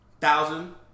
Thousand